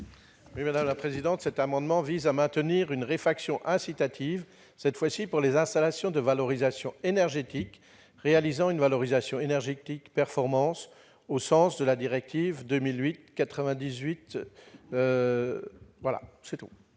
à M. Claude Kern. Cet amendement vise à maintenir une réfaction incitative, cette fois-ci pour les installations de valorisation énergétique réalisant une valorisation énergétique performante au sens de la directive 2008/98/CE. L'amendement